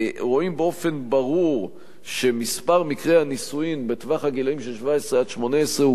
רואים באופן ברור שמספר מקרי הנישואים בטווח הגילאים של 17 18 הוא